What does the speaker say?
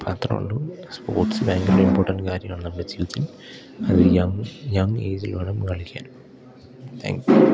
മാത്രോള്ളൂ sports ഭയങ്കര important കാര്യമാണ് നമ്മുടെ ജീവിത്തിൽ അത് യങ് യങ് ഏജിൽ വേണം കളിക്കാൻ താങ്ക് യൂ